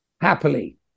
happily